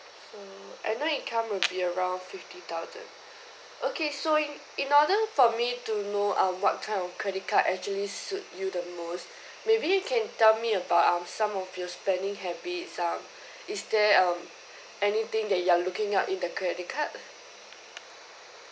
so annual income would be around fifty thousand okay so in in order for me to know um what kind of credit card actually suit you the most maybe you can tell me about um some of your spending habits uh is there um anything that you're looking out in the credit card